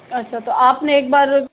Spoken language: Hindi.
अच्छा तो आपने एक बार